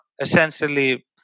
essentially